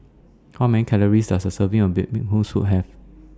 How Many Calories Does A Serving of Bee Hoon Soup Have